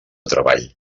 treball